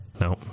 No